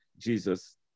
Jesus